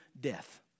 death